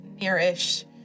near-ish